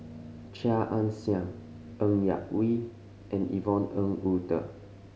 Chia Ann Siang Ng Yak Whee and Yvonne Ng Uhde